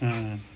mm